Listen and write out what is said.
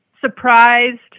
surprised